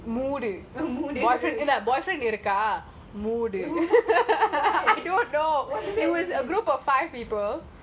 boyfriend இருக்குல்ல வாய மூடு:irukula vaaya moodu